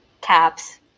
caps